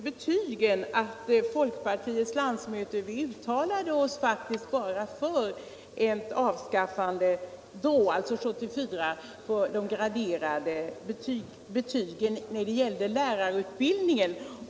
Herr talman! Först och främst vill jag säga angående betygen att vi vid folkpartiets landsmöte faktiskt bara uttalade oss för ett avskaffande då, alltså 1974, av de graderade betygen när det gällde lärarutbildningen.